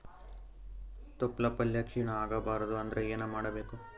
ತೊಪ್ಲಪಲ್ಯ ಕ್ಷೀಣ ಆಗಬಾರದು ಅಂದ್ರ ಏನ ಮಾಡಬೇಕು?